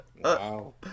Wow